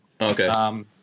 Okay